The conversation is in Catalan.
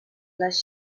les